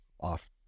off